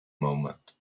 moment